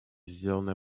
сделанное